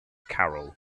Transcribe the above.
carroll